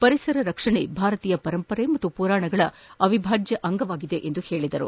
ಪರಿಸರ ರಕ್ಷಣೆ ಭಾರತೀಯ ಪರಂಪರೆ ಮತ್ತು ಮರಾಣಗಳ ಅವಿಭಾಜ್ಯ ಅಂಗವಾಗಿದೆ ಎಂದರು